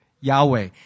Yahweh